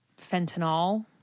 fentanyl